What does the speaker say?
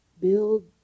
Build